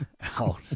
out